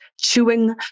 chewing